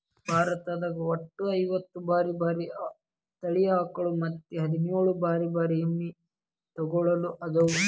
ಭಾರತದಾಗ ಒಟ್ಟ ಐವತ್ತ ಬ್ಯಾರೆ ಬ್ಯಾರೆ ತಳಿ ಆಕಳ ಮತ್ತ್ ಹದಿನೇಳ್ ಬ್ಯಾರೆ ಬ್ಯಾರೆ ಎಮ್ಮಿ ತಳಿಗೊಳ್ಅದಾವ